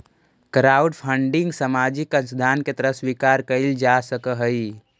crowdfunding सामाजिक अंशदान के तरह स्वीकार कईल जा सकऽहई